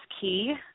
key